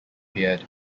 beard